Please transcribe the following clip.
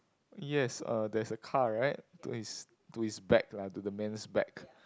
yes uh there's a car right to his to his back lah to the man's back